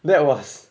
that was